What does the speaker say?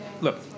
look